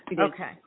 Okay